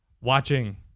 watching